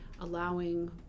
allowing